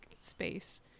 space